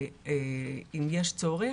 אם יש צורך,